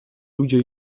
ludzie